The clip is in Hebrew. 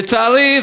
לצערי,